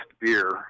beer